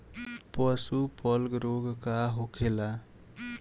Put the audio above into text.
पशु प्लग रोग का होखेला?